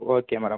okay madam